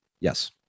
Yes